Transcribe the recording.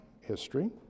history